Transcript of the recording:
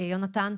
יונתן,